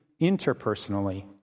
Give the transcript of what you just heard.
interpersonally